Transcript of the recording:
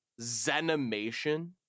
Zenimation